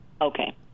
Okay